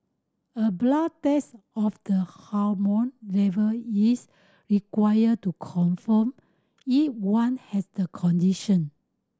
a blood test of the hormone level is required to confirm if one has the condition